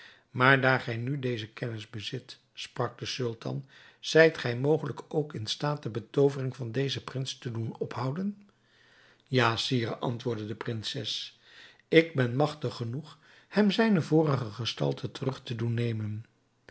maar daar gij nu deze kennis bezit sprak de sultan zijt gij mogelijk ook in staat de betoovering van dezen prins te doen ophouden ja sire antwoordde de prinses ik ben magtig genoeg hem zijne vorige gestalte terug te doen nemen